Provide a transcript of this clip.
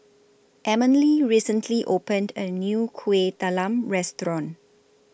Emeline recently opened A New Kuih Talam Restaurant